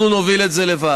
אנחנו נוביל את זה לבד.